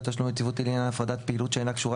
תשלום יציבותי לעניין הפרדת פעילות שאינה קשורה